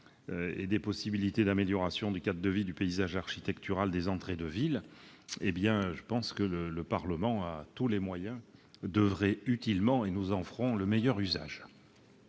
et des possibilités d'amélioration du cadre de vie, du paysage architectural, des entrées de ville, le Parlement a tous les moyens d'oeuvrer utilement. Nous ferons le meilleur usage